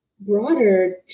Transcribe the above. broader